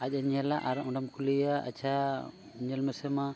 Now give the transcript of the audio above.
ᱟᱡ ᱮ ᱧᱮᱞᱟ ᱟᱨ ᱚᱸᱰᱮᱢ ᱠᱩᱞᱤᱭᱮᱭᱟ ᱟᱪᱪᱷᱟ ᱧᱮᱞ ᱢᱮᱥᱮᱢᱟ